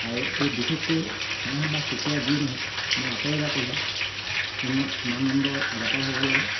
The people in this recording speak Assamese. আৰু এই বিশেষকৈ হাঁহ বা কুকুৰা যিয়ে নহওক মই আকৌ এবাৰ কৈছোঁ উন্নত মানদণ্ড জাতৰ হ'ব লাগে